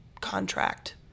contract